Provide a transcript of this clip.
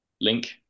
link